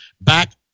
back